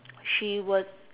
she was